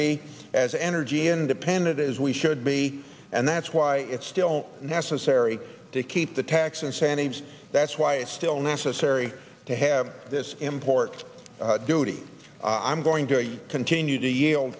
be as energy independent as we should be and that's why it's still necessary to keep the tax incentives that's why it's still necessary to have this import duty i'm going to continue to y